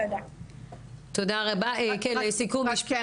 לסיכום משפט.